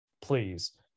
Please